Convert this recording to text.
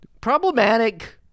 Problematic